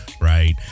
Right